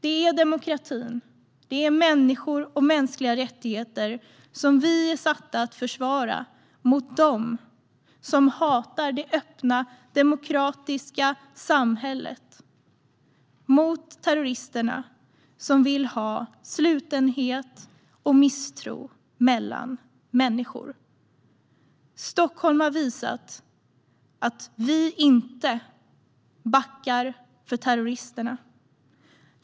Det är demokratin, människor och mänskliga rättigheter som vi är satta att försvara mot dem som hatar det öppna och demokratiska samhället, mot terroristerna som vill ha slutenhet och misstro mellan människor. Stockholm har visat att vi inte backar för terroristerna.